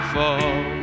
fall